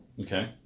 Okay